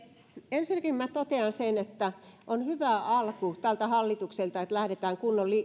ensinnäkin minä totean sen että on hyvä alku tältä hallitukselta että lähdetään kunnon